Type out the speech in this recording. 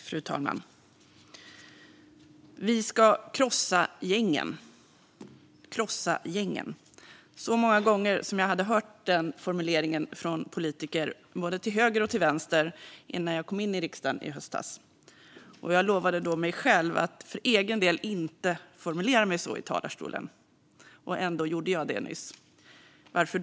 Fru talman! Vi ska krossa gängen. Jag hade hört den formuleringen så många gånger från politiker, både till höger och till vänster, innan jag kom in i riksdagen i höstas. Jag lovade då mig själv att jag för egen del inte skulle formulera mig så i talarstolen. Ändå gjorde jag det nyss. Varför?